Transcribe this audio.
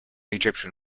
egyptian